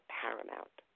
paramount